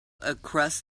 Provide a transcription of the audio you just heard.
across